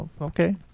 Okay